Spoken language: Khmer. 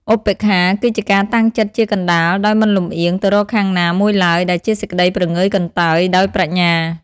ឧបេក្ខា គឺជាការតាំងចិត្តជាកណ្តាល ដោយមិនលំអៀងទៅរកខាងណាមួយឡើយ ដែលជាសេចក្តីព្រងើយកន្តើយដោយប្រាជ្ញា។